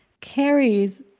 carries